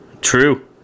True